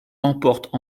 remportent